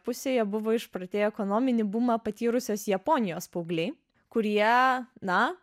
pusėje buvo išprotėję ekonominį bumą patyrusios japonijos paaugliai kurie na